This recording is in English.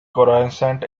crescent